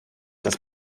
dass